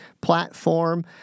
platform